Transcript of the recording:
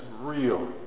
real